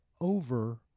over